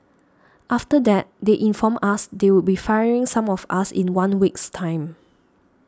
after that they informed us they would be firing some of us in one week's time